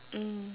mm